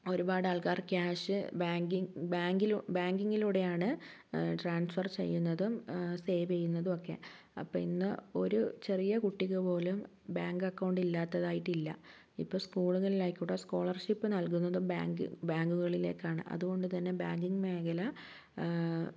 ഒരുപാട് ആൾക്കാർ cash banking ബാങ്കിലൂ ബാങ്കിംഗിലൂടെയാണ് ട്രാൻസ്ഫർ ചെയ്യുന്നതും സേവ് ചെയ്യുന്നതുമൊക്കെ അപ്പം ഇന്ന് ഒരു ചെറിയ കുട്ടിക്ക് പോലും ബാങ്ക് അക്കൗണ്ട് ഇല്ലാത്തത് ആയിട്ടില്ല ഇപ്പം സ്കൂളുകളിൽ ആയിക്കോട്ടെ സ്കോളർഷിപ്പ് നൽകുന്നതും ബാങ്ക് ബാങ്കുകളിലേക്കാണ് അതുകൊണ്ടുതന്നെ ബാങ്കിംഗ് മേഖല